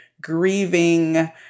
grieving